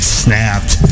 snapped